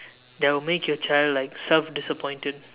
that will make your child like self disappointed